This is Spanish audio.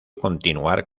continuar